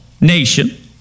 nation